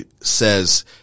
says